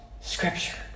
scripture